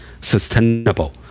sustainable